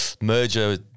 merger